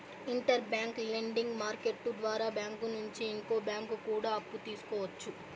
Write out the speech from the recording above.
inter bank lending market ద్వారా bank నుంచి ఇంకో బ్యాంకు కూడా అప్పు తీసుకోవచ్చు